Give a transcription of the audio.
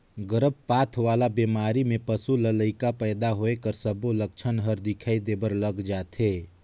गरभपात वाला बेमारी में पसू ल लइका पइदा होए कर सबो लक्छन हर दिखई देबर लग जाथे